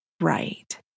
right